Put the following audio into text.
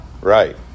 Right